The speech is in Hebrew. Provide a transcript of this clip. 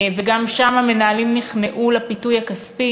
וגם שם המנהלים נכנעו לפיתוי הכספי